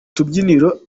tubyiniro